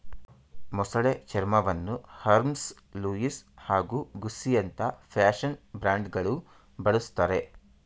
ಮೊಸಳೆ ಚರ್ಮವನ್ನು Hermes Louis ಹಾಗೂ ಗುಸ್ಸಿಯಂತ ಫ್ಯಾಷನ್ ಬ್ರ್ಯಾಂಡ್ಗಳು ಬಳುಸ್ತರೆ